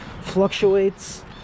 fluctuates